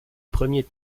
premier